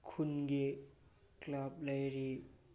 ꯈꯨꯟꯒꯤ ꯀ꯭ꯂꯕ ꯂꯩꯔꯤ